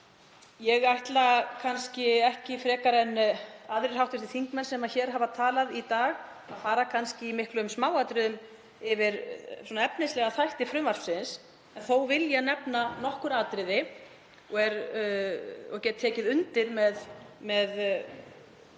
Ég ætla kannski ekki frekar en aðrir hv. þingmenn sem hér hafa talað í dag að fara í miklum smáatriðum yfir efnislega þætti frumvarpsins en þó vil ég nefna nokkur atriði. Ég get tekið undir með mörgum